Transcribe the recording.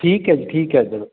ਠੀਕ ਹੈ ਜੀ ਠੀਕ ਹੈ ਇੱਧਰ